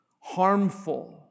harmful